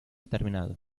terminado